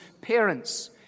parents